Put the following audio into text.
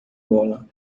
bola